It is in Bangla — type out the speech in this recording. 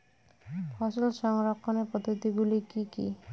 ফসল সংরক্ষণের পদ্ধতিগুলি কি কি?